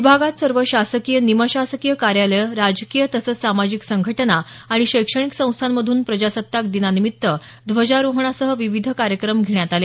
विभागात सर्व शासकीय निमशासकीय कार्यालयं राजकीय तसंच सामाजिक संघटना आणि शैक्षणिक संस्थांमधून प्रजासत्ताक दिनानिमित्त ध्वजारोहणासह विविध कार्यक्रम घेण्यात आले